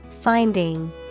Finding